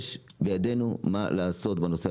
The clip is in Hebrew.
יש בידינו מה לעשות בנושא,